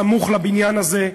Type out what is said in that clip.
הסמוך לבניין הזה,